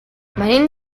venim